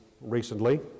recently